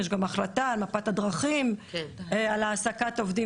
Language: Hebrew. יש גם החלטה על מפת הדרכים על העסקת עובדים